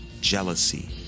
jealousy